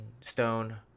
stone